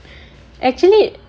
actually